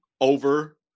over